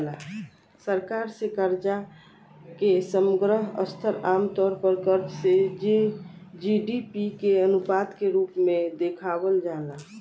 सरकार से कर्जा के समग्र स्तर आमतौर पर कर्ज से जी.डी.पी के अनुपात के रूप में देखावल जाला